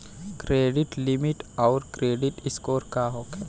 Credit limit आउर credit score का होखेला?